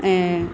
ऐं